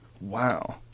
Wow